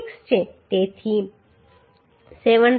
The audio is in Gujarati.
6 છે તેથી 7